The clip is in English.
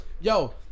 Yo